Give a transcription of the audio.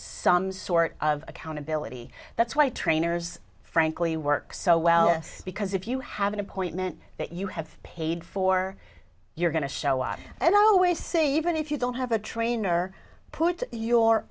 some sort of accountability that's why trainers frankly work so well because if you have an appointment that you have paid for you're going to show up and i always see even if you don't have a trainer put your